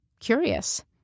curious